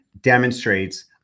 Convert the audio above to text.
demonstrates